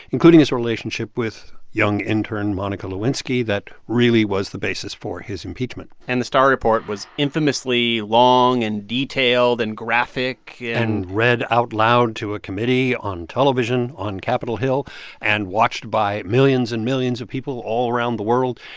including his relationship with young intern monica lewinsky. that really was the basis for his impeachment and the starr report was infamously long and detailed and graphic and read out loud to a committee on television on capitol hill and watched by millions and millions of people all around the world.